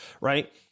right